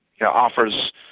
offers